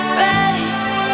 race